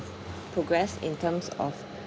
progress in terms of